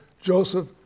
Joseph